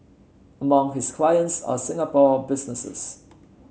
among his clients are Singapore businesses